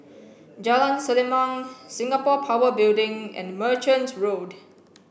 Jalan Selimang Singapore Power Building and Merchant Road